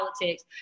politics